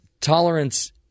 tolerance